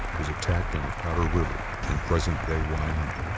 was attacked on the powder river in present day wyoming.